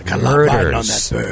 murders